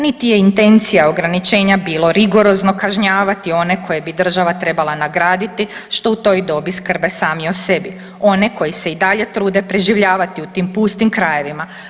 Niti je intencija ograničenja bilo rigorozno kažnjavati one koje bi država trebala nagraditi što u toj dobi skrbe sami o sebi one koji se i dalje trude preživljavati u tim pustim krajevima.